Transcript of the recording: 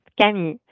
Camille